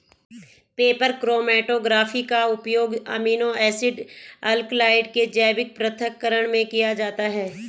paper chromatography का उपयोग amino acid alkaloid के जैविक पृथक्करण में किया जाता है